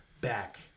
back